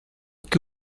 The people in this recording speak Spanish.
que